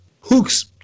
hooks